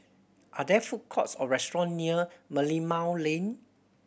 are there food courts or restaurant near Merlimau Lane